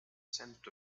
scent